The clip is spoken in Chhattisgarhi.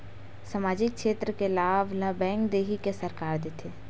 सामाजिक क्षेत्र के लाभ बैंक देही कि सरकार देथे?